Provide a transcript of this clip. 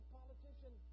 politician